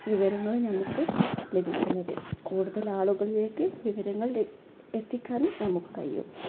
വിവരങ്ങൾ നമുക്ക് ലഭിക്കുന്നത് കൂടുതലാളുകളിലേക്ക് വിവരങ്ങൾ എത്തിക്കാനും നമുക്ക് കഴിയും